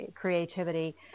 creativity